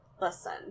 Listen